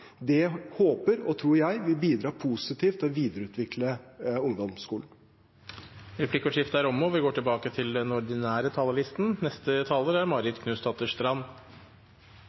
Det håper og tror jeg vil bidra positivt til å videreutvikle ungdomsskolen. Replikkordskiftet er omme. Vi har hatt et stortingsvalg og